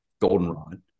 goldenrod